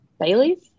Bailey's